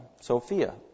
Sophia